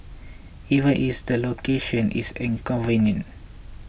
even is the location is inconvenient